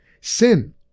sin